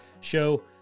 show